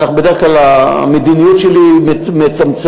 בדרך כלל המדיניות שלי היא מצמצמת.